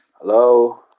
hello